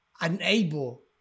unable